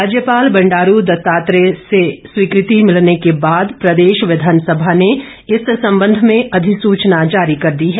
राज्यपाल बंडारू दत्तात्रेय से स्वीकृति मिलने के बादे प्रदेश विधानसभा ने इस संबंध में अधिसूचना जारी कर दी है